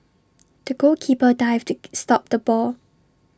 the goalkeeper dived to stop the ball